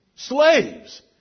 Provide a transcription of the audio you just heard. Slaves